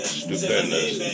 stupendous